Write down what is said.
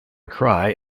cry